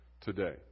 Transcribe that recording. today